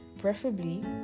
Preferably